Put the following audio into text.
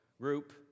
group